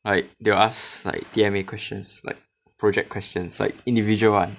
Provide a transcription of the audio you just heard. like they will ask like T_M_A questions like project questions like individual [one]